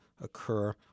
occur